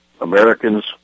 Americans